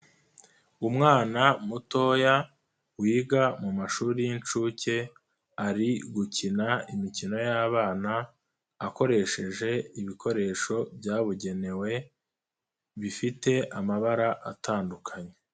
Umwana mutoya wiga mu mashuri y'incuke ari gukina imikino y'abana akoresheje ibikoresho byabugenewe bifite amabara atandukanye.